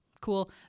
Cool